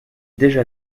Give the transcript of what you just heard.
déjà